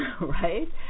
right